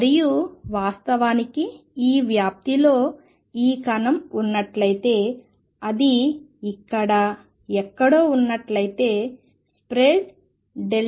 మరియు వాస్తవానికి ఈ వ్యాప్తిలో ఈ కణం ఉన్నట్లయితే అది ఇక్కడ ఎక్కడో ఉన్నట్లయితే స్ప్రెడ్ x